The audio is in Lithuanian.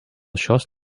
šios